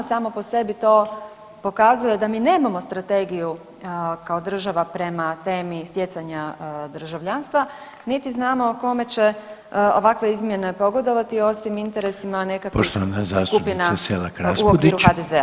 Samo po sebi to pokazuje da mi nemamo strategiju kao država prema temi stjecanja državljanstva niti znamo kome će ovakve izmjene pogodovati osim interesima nekakvih skupina u okviru HDZ-a.